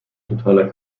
totaler